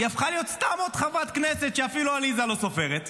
היא הפכה להיות סתם עוד חברת כנסת שאפילו עליזה לא סופרת,